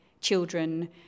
children